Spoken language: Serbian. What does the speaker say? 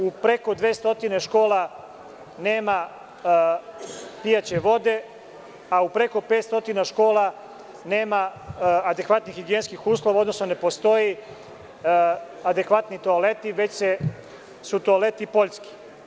U preko 200 škola nema pijaće vode, a u preko 500 škola nema adekvatnih higijenskih uslova, odnosno ne postoji adekvatni toaleti, već su toaleti poljski.